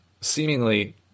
seemingly